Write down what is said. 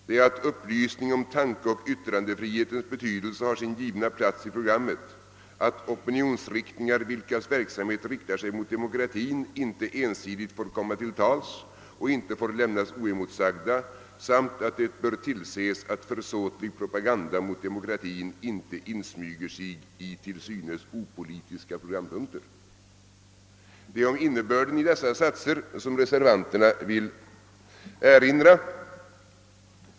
Jo, att »upplysning om tankeoch yttrandefrihetens betydelse har sin givna plats i programmet, att opinionsriktningar, vilkas verksamhet riktar sig mot demokratin, inte ensidigt får komma till tals och inte får lämnas oemotsagda samt att det bör tillses att försåtlig propaganda mot demokratin inte insmyger sig i till synes opolitiska programpunkter». Det är om innebörden i dessa satser som reservanterna vill erinra.